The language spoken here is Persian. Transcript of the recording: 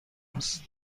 است